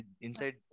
inside